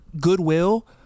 goodwill